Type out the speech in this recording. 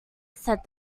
said